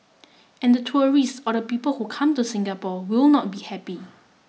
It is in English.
and the tourists or the people who come to Singapore will not be happy